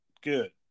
Good